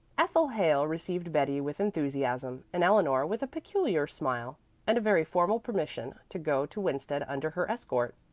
ethel hale received betty with enthusiasm, and eleanor with a peculiar smile and a very formal permission to go to winsted under her escort.